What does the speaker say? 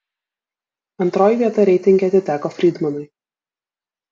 antroji vieta reitinge atiteko frydmanui